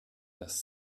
dass